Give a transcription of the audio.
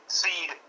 seed